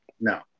No